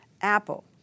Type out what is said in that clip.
Apple